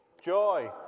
joy